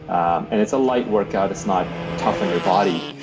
um and it's a light workout it's not tough on your body.